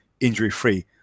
injury-free